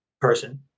person